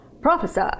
prophesy